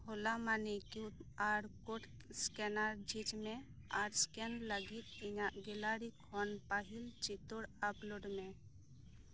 ᱳᱞᱟ Money Q R code scanner ᱡᱷᱤᱡᱽ ᱢᱮ ᱟᱨ ᱥᱠᱮᱱ ᱞᱟᱹᱜᱤᱫ ᱤᱧᱟᱹᱜ ᱜᱮᱞᱟᱨᱤ ᱠᱷᱚᱱ ᱯᱟᱦᱤᱞ ᱪᱤᱛᱟᱹᱨ ᱟᱯᱞᱳᱰ ᱢᱮ